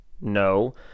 No